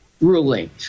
ruling